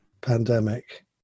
pandemic